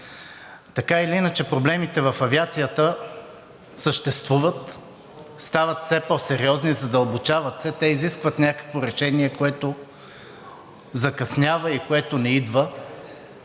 така или иначе проблемите в авиацията съществуват, стават все по-сериозни, задълбочават се. Те изискват някакво решение, което закъснява и което не идва,